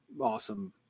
awesome